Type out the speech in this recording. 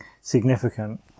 significant